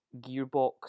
gearbox